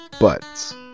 buts